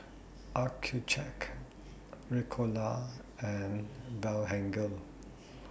Accucheck Ricola and Blephagel